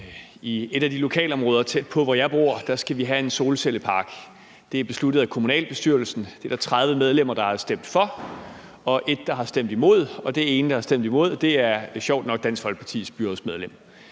I et af de lokalområder tæt på, hvor jeg bor, skal vi have en solcellepark. Det er blevet besluttet af kommunalbestyrelsen. Det er der 30 medlemmer, der har stemt for, og et, der har stemt imod, og det ene medlem, der har stemt imod, er sjovt nok Dansk Folkepartis byrådsmedlem.